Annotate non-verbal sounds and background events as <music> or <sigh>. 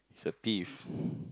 he's a thief <breath>